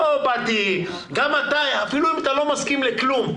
גם אם אתה לא מסכים לכלום,